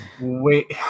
wait